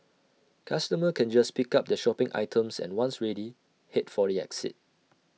customers can just pick up their shopping items and once ready Head for the exit